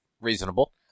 reasonable